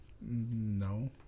No